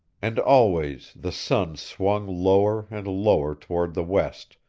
and always the sun swung lower and lower toward the west,